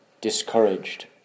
discouraged